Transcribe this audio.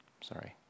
Sorry